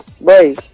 Boy